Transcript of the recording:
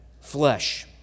flesh